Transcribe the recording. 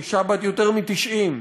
אישה בת יותר מ-90,